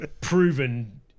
proven